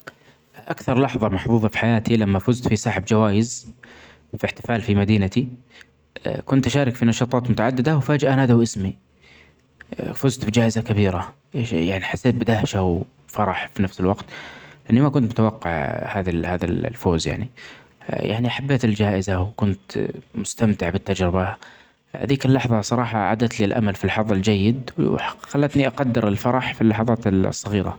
أكثر لحظة محظوظة في حياتي لما فزت في سحب جوايز في إحتفال في مدينتي أ كنت أشارك في نشاطات متعددة وفجأة نادوا إسمي. فزر بجائزة كبيرة يعني حسيت بدهشة وفرح في نفس الوقت إني ما كنت متوقع هذا-هدا الفوز يعني. يعني حبيت الجائزة وكنت مستمتع بالتجربة ، هديك اللحظة صراحة عادت لي الأمل في الحظ الجيد وخلتني أقدر الفرح في اللحظات الصغيرة.